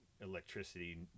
electricity